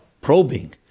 probing